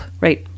Right